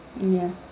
ya